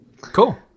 Cool